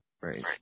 Right